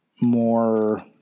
more